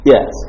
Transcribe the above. Yes